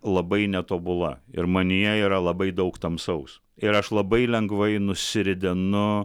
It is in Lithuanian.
labai netobula ir manyje yra labai daug tamsaus ir aš labai lengvai nusiridenu